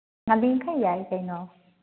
ꯉꯜꯂꯤꯈꯩ ꯌꯥꯏ ꯀꯩꯅꯣ